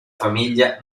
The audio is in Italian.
famiglia